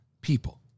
people